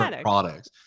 products